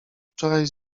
wczoraj